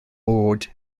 bod